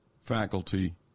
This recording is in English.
faculty